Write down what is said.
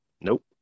Nope